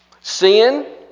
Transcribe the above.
sin